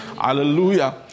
Hallelujah